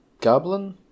Goblin